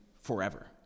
forever